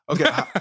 Okay